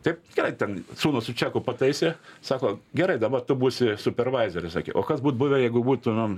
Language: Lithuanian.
taip gerai ten sūnus su čeku pataisė sako gerai dabar tu būsi supervaizeris sakė o kas būt buvę jeigu būtų nu